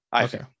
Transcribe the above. Okay